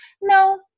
No